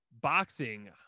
boxing